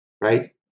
right